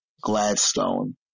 Gladstone